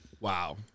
Wow